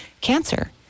cancer